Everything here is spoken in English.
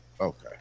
Okay